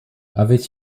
avait